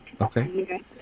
Okay